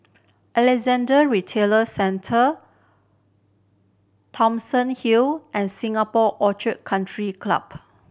Alexandra Retail Centre Thomson Hill and Singapore Orchid Country Club